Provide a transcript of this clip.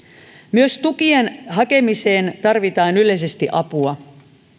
myös tukien hakemiseen tarvitaan yleisesti apua